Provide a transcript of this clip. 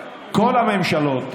כל הממשלות,